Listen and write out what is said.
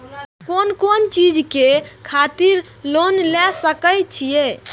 कोन कोन चीज के खातिर लोन ले सके छिए?